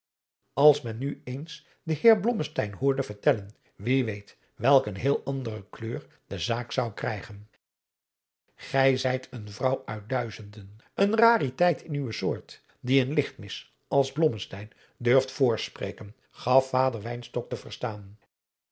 als men nu eens den heer blommesteyn hoorde vertellen wie weet welk een heel andere kleur de zaak zou krijgen gij zijt een vrouw uit duizenden een rariteit in uwe soort die een lichtmis als blommesteyn durft voorspreken gaf vader wynstok te verstaan